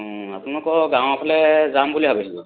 আপোনালোকৰ গাঁৱৰ ফালে যাম বুলি ভাবিছিলোঁ